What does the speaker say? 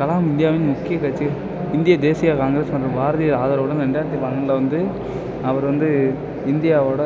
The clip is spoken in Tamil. கலாம் இந்தியாவின் முக்கிய கட்சிய இந்திய தேசிய காங்கிரஸ் மற்றும் பாரதியார் ஆதரவுடன் ரெண்டாயிரத்தி பன்னெண்டில் வந்து அவர் வந்து இந்தியாவோட